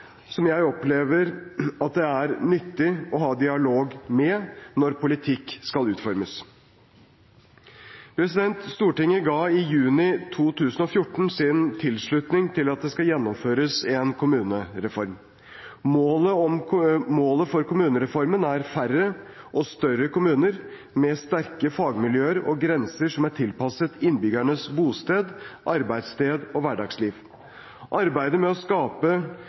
som jeg opplever at det er nyttig å ha dialog med når politikk skal utformes. Stortinget ga i juni 2014 sin tilslutning til at det skal gjennomføres en kommunereform. Målet for kommunereformen er færre og større kommuner med sterke fagmiljøer og grenser som er tilpasset innbyggernes bosted, arbeidssted og hverdagsliv. Arbeidet med å skape